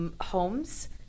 homes